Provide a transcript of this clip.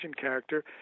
character